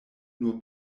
nur